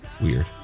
weird